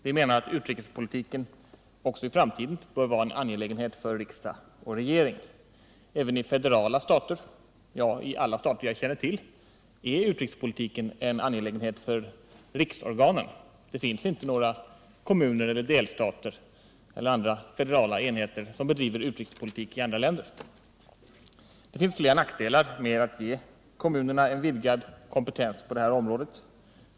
Vi menar att utrikespolitiken även i framtiden bör vara en angelägenhet för riksdag och regering. Även i federala stater — ja, i alla stater jag känner till — är utrikespolitiken en angelägenhet för riksorganen. Det finns inte några kommuner, delstater eller andra federala enheter som bedriver utrikespolitik i andra länder. Det finns flera nackdelar med att ge kommunerna vidgad kompetens på detta område.